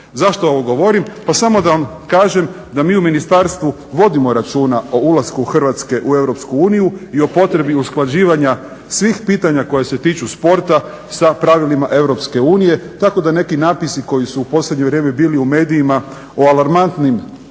Zašto ovo govorim? Pa samo da vam kažem da mi u ministarstvu vodimo računa o ulasku Hrvatske u EU i o potrebi usklađivanja svih pitanja koja se tiču sporta sa pravilima EU. Tako da neki napisi koji su u posljednje vrijeme bili u medijima o alarmantnim